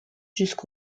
juste